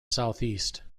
southeast